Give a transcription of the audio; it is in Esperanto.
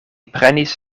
prenis